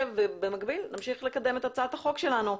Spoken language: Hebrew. ובמקביל נמשיך לקדם את הצעת החוק שלנו.